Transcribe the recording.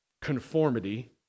conformity